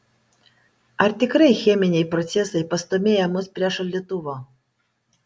ar tikrai cheminiai procesai pastūmėja mus prie šaldytuvo